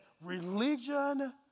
religion